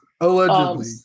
allegedly